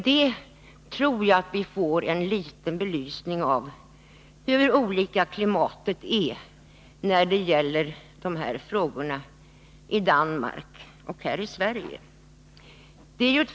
Jag tror att detta ger en bild av hur olika klimatet är när det gäller dessa frågor i Danmark och här i Sverige.